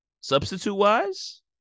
substitute-wise